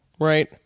right